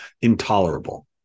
intolerable